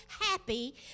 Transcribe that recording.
happy